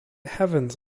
heavens